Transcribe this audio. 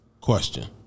question